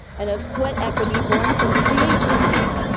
and of sweat equity born from creativity.